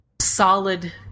solid